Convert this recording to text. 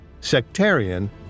sectarian